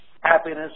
happiness